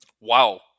Wow